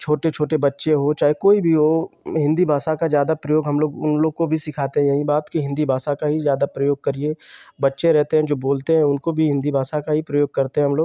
छोटे छोटे बच्चे हों चाहे कोई भी हो हिन्दी भाषा का ज़्यादा प्रयोग हमलोग उन लोग को भी सिखाते यही बात कि हिन्दी भाषा का ही ज़्यादा प्रयोग करिए बच्चे रहते हैं जो बोलते हैं उनको भी हिन्दी भाषा का ही प्रयोग करते हैं हमलोग